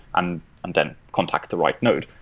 and and then contact the right node.